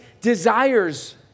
desires